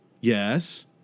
Yes